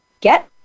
get